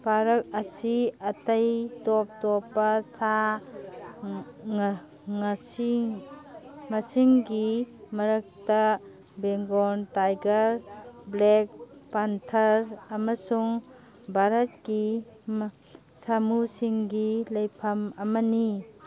park ꯑꯁꯤ ꯑꯩꯇꯩ ꯇꯣꯞ ꯇꯣꯞꯄ ꯁꯥ ꯉꯁꯤ ꯃꯁꯤꯡꯒꯤ ꯃꯔꯛꯇ ꯕꯦꯡꯒꯣꯜ ꯇꯥꯏꯒꯔ ꯕ꯭ꯂꯦꯛ ꯄꯟꯊꯔ ꯑꯃꯁꯨꯡ ꯚꯥꯔꯠꯀꯤ ꯁꯥꯃꯨꯁꯤꯡꯒꯤ ꯂꯩꯐꯝ ꯑꯃꯅꯤ